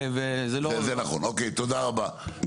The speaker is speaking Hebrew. תודה רבה.